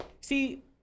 See